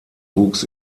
wuchs